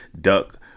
duck